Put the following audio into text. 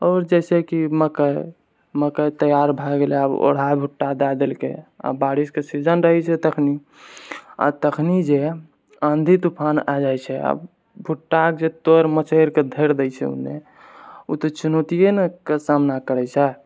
आओर जैसेकि मकइ मकइ तैयार भऽ गेलै आब ओढ़ा भुट्टा दए देलकै आओर बारिशके सीजन रहै छै तखनि आओर तखनि जे आँधी तूफान आबि जाइ छै भुट्टाके तोड़ि मचोड़िके धरि दै छै ओ तऽ चुनौतियेके ने सामना करै छै